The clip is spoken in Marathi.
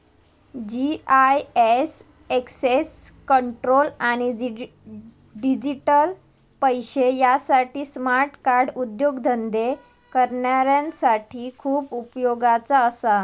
जी.आय.एस एक्सेस कंट्रोल आणि डिजिटल पैशे यासाठी स्मार्ट कार्ड उद्योगधंदे करणाऱ्यांसाठी खूप उपयोगाचा असा